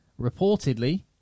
reportedly